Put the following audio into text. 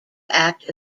act